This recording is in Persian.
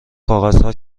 کاغذها